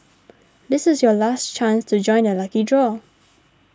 this is your last chance to join the lucky draw